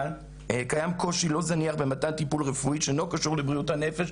קיים קושי לא זניח במתן טיפול רפואי שאינו קשור לבריאות הנפש,